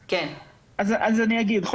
אז אני אגיד.